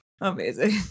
Amazing